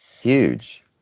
Huge